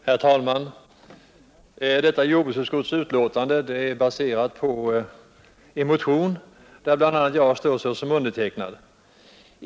Herr talman! Det betänkande från jordbruksutskottet som nu behandlas har tillkommit med anledning av en motion, under vilken bl.a. jag själv står som undertecknare.